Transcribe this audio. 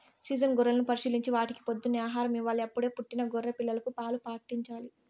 season గొర్రెలను పరిశీలించి వాటికి పొద్దున్నే ఆహారం ఇవ్వాలి, అప్పుడే పుట్టిన గొర్రె పిల్లలకు పాలు పాట్టించాలి